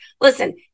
Listen